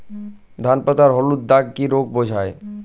ধান পাতায় হলুদ দাগ কি রোগ বোঝায়?